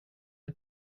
med